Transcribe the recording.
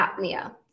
apnea